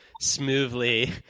smoothly